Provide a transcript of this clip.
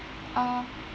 uh